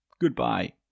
goodbye